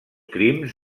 crims